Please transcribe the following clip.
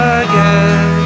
again